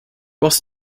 was